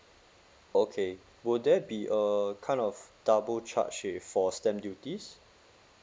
okay would there be uh kind of double charge if for stamp duties